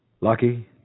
Lucky